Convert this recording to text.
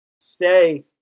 stay